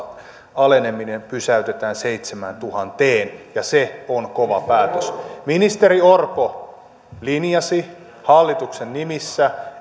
aleneminen pysäytetään seitsemääntuhanteen ja se on kova päätös ministeri orpo linjasi hallituksen nimissä